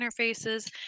interfaces